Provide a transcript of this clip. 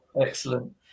Excellent